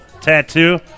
tattoo